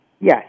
Yes